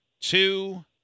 two